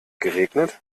geregnet